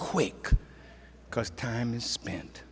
quick because time is spent